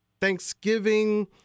Thanksgiving